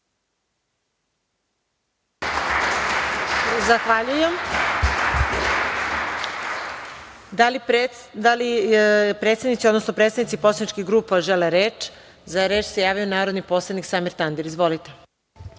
Zahvaljujem. Da li predsednici odnosno predstavnici poslaničkih grupa žele reč? Za reč se javio narodni poslanik Samir Tandir. Izvolite.